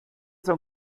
son